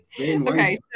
Okay